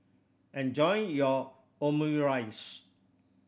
enjoy your Omurice